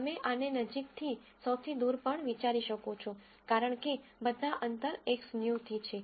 તમે આને નજીક થી સૌથી દૂર પણ વિચારી શકો છો કારણ કે બધાં અંતર Xnew થી છે